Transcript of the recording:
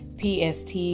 PST